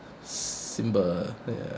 simba uh ya